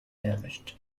damaged